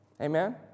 Amen